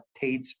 paid